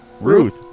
Ruth